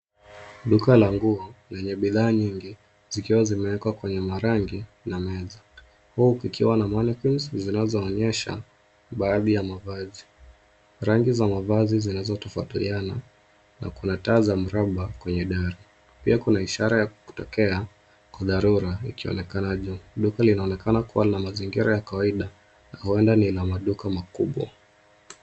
Duka la nguo lenye bidhaa nyingi zikiwa zimewekwa kwenye marangi na maji; huku kukiwa na mannequins zinazoonyesha baadhi ya mavazi, rangi za bidhaa zinazotofautiana. Na kuna taa za mraba kwenye dari. Pia kuna ishara ya kutokea kwa dharura ikionekana juu . Duka linaonekana kuwa la mazingira ya kawaida huenda ni la maduka makubwa.